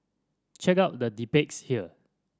check out the debates here